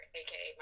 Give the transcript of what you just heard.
aka